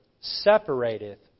separateth